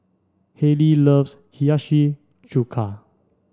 Haylie loves Hiyashi Chuka